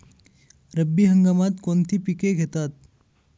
रब्बी हंगामात कोणती पिके घेतात?